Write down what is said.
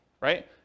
right